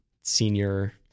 senior